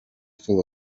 full